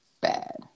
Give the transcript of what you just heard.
bad